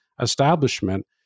establishment